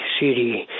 city